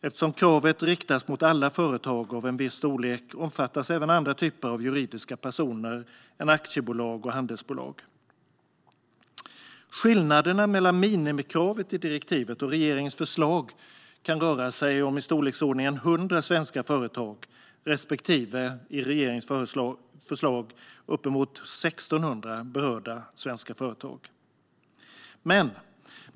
Eftersom kravet riktas mot alla företag av en viss storlek omfattas även andra typer av juridiska personer än aktiebolag och handelsbolag. Skillnaden mellan minimikravet i direktivet och regeringens förslag innebär att det är i storleksordningen 100 svenska företag respektive, med regeringens förslag, uppemot 1 600 svenska företag som berörs.